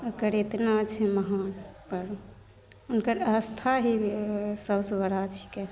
ओकर एतना छै महान पर्व हुनका आस्था ही सबसे बड़ा छिकै